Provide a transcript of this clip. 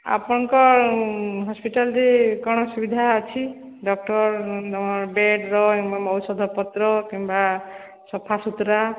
ଆପଣଙ୍କ ହସ୍ପିଟାଲରେ କ'ଣ ସୁବିଧା ଅଛି ଡକ୍ଟର୍ ବେଡ଼୍ର ଔଷଧ ପତ୍ର କିମ୍ବା ସଫାସୁତୁରା